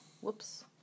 whoops